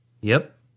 Yep